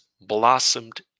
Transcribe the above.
blossomed